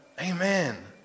Amen